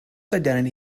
identity